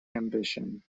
ambition